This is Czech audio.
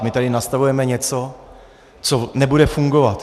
My tady nastavujeme něco, co nebude fungovat.